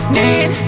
need